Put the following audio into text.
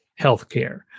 healthcare